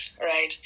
right